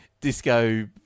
disco